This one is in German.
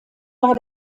war